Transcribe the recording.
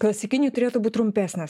klasikiniui turėtų būt trumpesnės